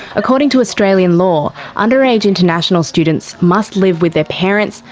according to australian law, under-age international students must live with their parents,